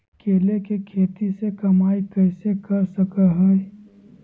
केले के खेती से कमाई कैसे कर सकय हयय?